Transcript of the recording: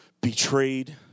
betrayed